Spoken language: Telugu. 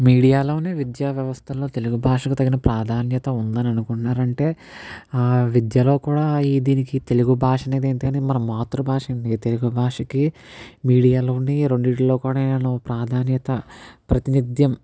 మీడియాలోనే విద్యా వ్యవస్థలో తెలుగు భాషకు తగిన ప్రాధాన్యత ఉందని అనుకున్నారంటే విద్యలో కూడా ఈ దీనికి తెలుగు భాష అనేది ఏంటంటే మన మాతృభాష అండి తెలుగు భాషకి మీడియాలోని రెండిట్లో కూడాను ప్రాధాన్యత ప్రతినిత్యం